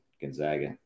Gonzaga